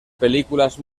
películas